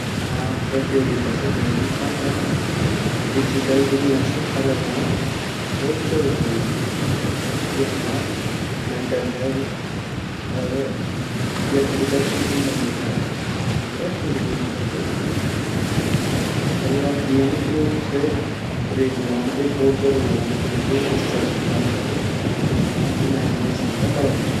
हाँ पतरोगिता से भैर निकन अर डिजिटल दुनिया से अलग वॉन्ड भोत ज़रूरी वोंदु यु हमा मेन्टल हेल्थ अर व्यक्तिगत जु समबन्ध वोन्दा उते मजबूत करदु अर योक नियमित रूप से ब्रेक ल्योन्ड भी भोत ज़रूरी वोंदु किलेकी उ स्ट्रेस ते कम करदु अर हमा इमेजिनेशन ते बडोंदु ची।